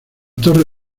torre